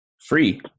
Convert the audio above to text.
free